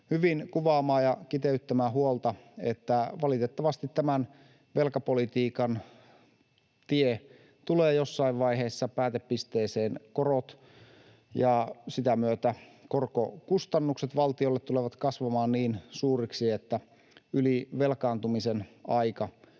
hyvin kuvaamaa ja kiteyttämää huolta, että valitettavasti tämän velkapolitiikan tie tulee jossain vaiheessa päätepisteeseen. Korot ja sitä myötä korkokustannukset valtiolle tulevat kasvamaan niin suuriksi, että ylivelkaantumisen aika